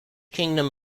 kingdom